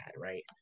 right